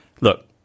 Look